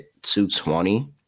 220